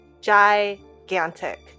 gigantic